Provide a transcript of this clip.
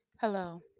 hello